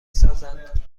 سازند